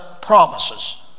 promises